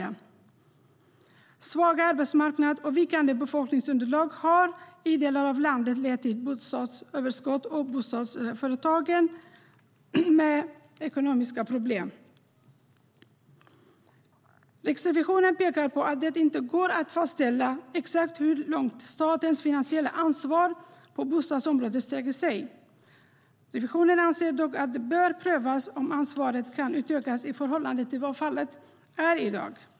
En svag arbetsmarknad och ett vikande befolkningsunderlag har i delar av landet lett till bostadsöverskott och bostadsföretag med ekonomiska problem. Riksrevisionen pekar på att det inte går att fastställa exakt hur långt statens finansiella ansvar på bostadsområdet sträcker sig, men revisionen anser dock att det bör prövas om ansvaret kan utökas i förhållande till vad som är fallet i dag.